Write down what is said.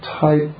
type